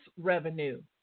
revenue